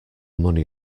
money